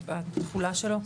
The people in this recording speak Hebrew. כל התכולה שלו,